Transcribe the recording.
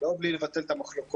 לא בלי לבטל את המחלוקות,